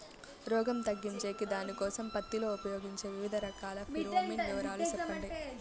రోగం తగ్గించేకి దానికోసం పత్తి లో ఉపయోగించే వివిధ రకాల ఫిరోమిన్ వివరాలు సెప్పండి